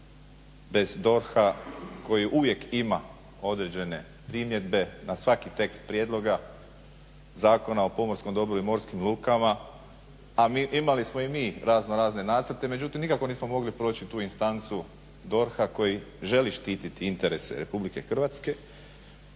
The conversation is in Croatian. bez DORH-a koji uvijek ima određene primjedbe na svaki tekst prijedloga Zakona o pomorskom dobru i morskim lukama, a imali smo i mi razno razne nacrte, međutim nikako nismo mogli proći tu instancu DORH-a koji želi štititi interese RH, i treba jer